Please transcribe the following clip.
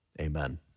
Amen